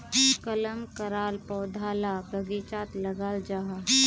कलम कराल पौधा ला बगिचात लगाल जाहा